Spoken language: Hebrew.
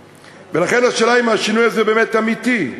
ולכן השאלה היא אם השינוי הזה באמת אמיתי,